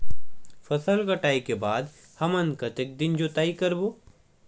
फसल कटाई के बाद हमन कतका दिन जोताई करबो?